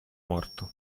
morto